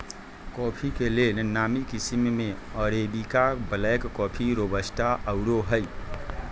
coffee के लेल नामी किशिम में अरेबिका, ब्लैक कॉफ़ी, रोबस्टा आउरो हइ